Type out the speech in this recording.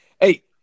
hey